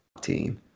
team